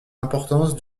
importance